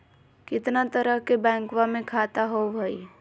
कितना तरह के बैंकवा में खाता होव हई?